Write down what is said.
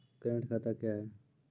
Current खाता क्या हैं?